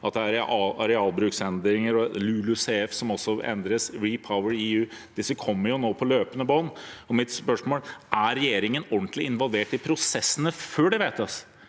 50 pst., arealbruksendringer, LULUCF, som også endres, eller REPowerEU? Disse kommer jo nå på løpende bånd. Mitt spørsmål er: Er regjeringen ordentlig involvert i prosessene før de vedtas?